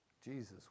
Jesus